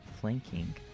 flanking